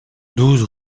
douze